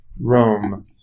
Rome